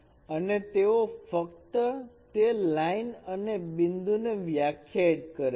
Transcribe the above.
અને તેઓ ફક્ત તે લાઇન અને બિંદુ ને વ્યાખ્યાયિત કરે છે